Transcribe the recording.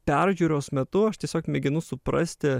peržiūros metu aš tiesiog mėginu suprasti